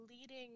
leading